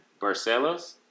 Barcelos